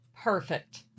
Perfect